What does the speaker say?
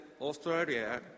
Australia